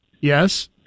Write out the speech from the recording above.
Yes